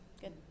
Good